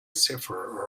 cipher